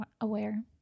aware